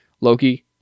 Loki